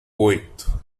oito